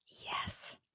Yes